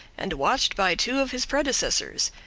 and watched by two of his predecessors.